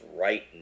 right